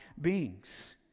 beings